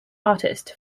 artist